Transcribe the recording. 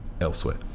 elsewhere